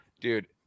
dude